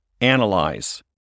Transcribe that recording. analyze